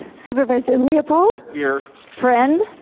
supervisor leopold. here. friend.